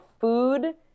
food